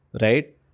Right